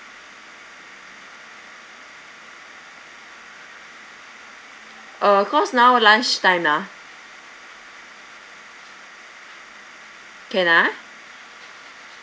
uh cause now lunchtime ah can ah